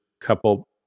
couple